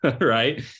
Right